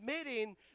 admitting